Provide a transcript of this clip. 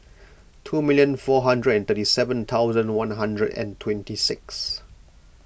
two minute four hundred and thirty seven thousand one hundred and twenty six